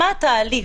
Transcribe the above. מה התהליך?